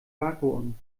vakuum